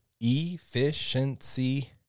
efficiency